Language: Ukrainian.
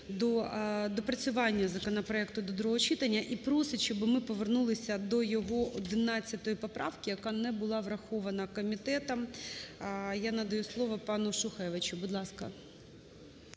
до доопрацювання законопроекту до другого читання і просить, щоб ми повернулися до його 11 поправки, яка не була врахована комітетом. Я надаю слово пану Шухевичу, будь ласка.